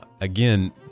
Again